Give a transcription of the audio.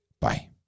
Bye